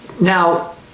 Now